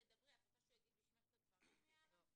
צודקת.